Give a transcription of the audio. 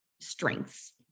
strengths